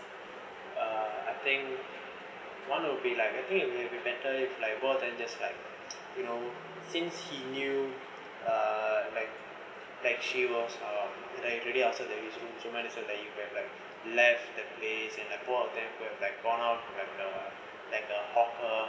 uh I think one would be like I think it will be better if like more than just like you know since he knew uh like like she was um really outside their usual outside their room you then you whereby you left the place and I both of them were like gone out of like a hawker